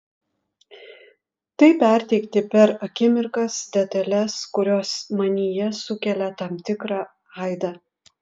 tai perteikti per akimirkas detales kurios manyje sukelia tam tikrą aidą